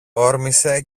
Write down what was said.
όρμησε